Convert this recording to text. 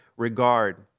Regard